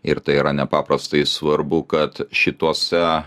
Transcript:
ir tai yra nepaprastai svarbu kad šituose